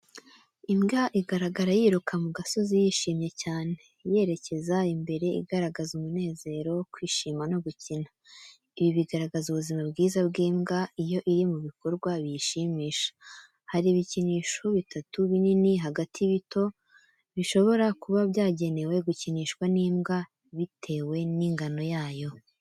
Imbwa igaragara yiruka mu gasozi, yishimye cyane, yerekeza imbere igaragaza umunezero, kwishima no gukina. Ibi bigaragaza ubuzima bwiza bw’imbwa, iyo iri mu bikorwa biyishimisha. Hari ibikinisho bitatu binini hagati bito bishobora kuba byagenewe gukinishwa n’imbwa bitewe n’ingano yayo.